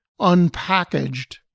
unpackaged